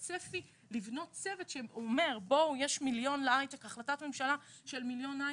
צפי לבנות צוות כי יש החלטת ממשלה שמדברת על מיליון להייטק.